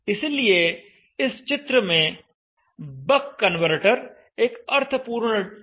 इसलिए इस चित्र में बक कन्वर्टर एक अर्थपूर्ण डिजाइन है